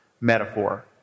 metaphor